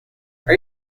are